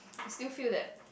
I still feel that